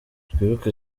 twibuke